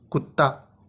کتا